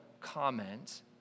comment